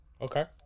Okay